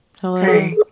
Hello